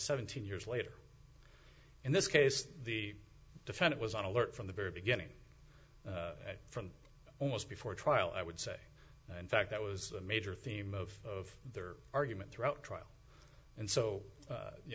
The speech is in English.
seventeen years later in this case the defendant was on alert from the very beginning from almost before trial i would say in fact that was a major theme of their argument throughout trial and so